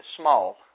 small